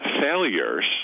failures